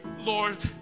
lord